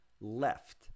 left